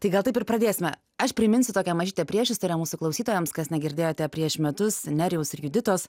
tai gal taip ir pradėsime aš priminsiu tokią mažytę priešistorę mūsų klausytojams kas negirdėjote prieš metus nerijaus ir juditos